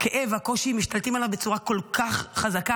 הכאב והקושי משתלטים עליו בצורה כל כך חזקה,